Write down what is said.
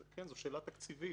זו שאלה תקציבית.